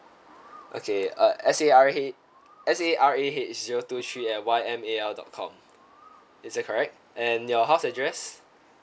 okay uh S A R A S A R A H zero two three at Y M A L dot com is that correct and your house address